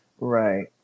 Right